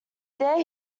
there